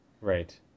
Right